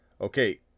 Okay